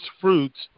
fruits